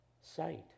sight